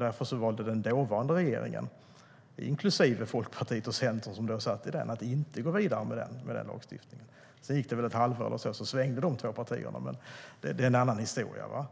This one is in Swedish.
Därför valde den dåvarande regeringen, inklusive Folkpartiet och Centern, att inte gå vidare med lagstiftningen. Sedan gick det väl ett halvår, och då svängde de båda partierna. Men det är en annan historia.